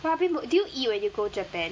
warabi did you eat when you go japan